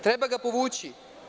Treba ga povući.